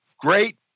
great